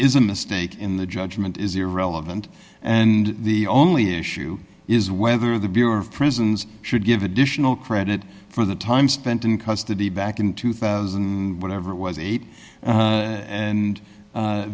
is a mistake in the judgment is irrelevant and the only issue is whether the bureau of prisons should give additional credit for the time spent in custody back in two thousand and whatever it was eight and